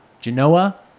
Genoa